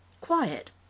Quiet